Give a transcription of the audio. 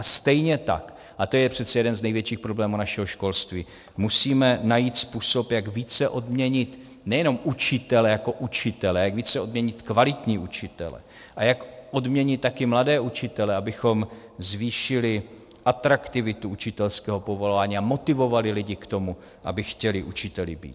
Stejně tak, a to je přece jeden z největších problémů našeho školství, musíme najít způsob, jak více odměnit nejenom učitele jako učitele, jak více odměnit kvalitní učitele a jak odměnit také mladé učitele, abychom zvýšili atraktivitu učitelského povolání a motivovali lidi k tomu, aby chtěli učiteli být.